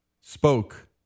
spoke